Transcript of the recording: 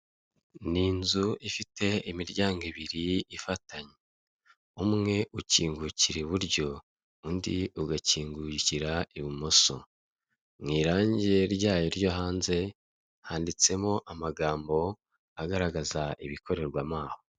Ni inzu ifite imiryango ibiri ifatanye umwe ukingukira iburyo, undi ugakingukira ibumoso. mu irangi ryayo ryo hanze handitsemo amagambo agaragaza ibikorerwamo aho.